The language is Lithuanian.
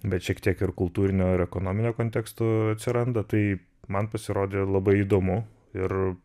bet šiek tiek ir kultūrinio ir ekonominio kontekstų atsiranda tai man pasirodė labai įdomu ir